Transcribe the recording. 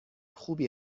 خوبی